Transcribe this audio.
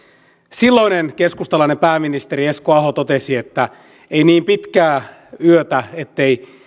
silloinen keskustalainen pääministeri esko aho totesi että ei niin pitkää yötä ettei